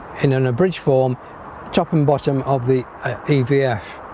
in an abridge form top and bottom of the pdf